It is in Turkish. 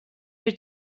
bir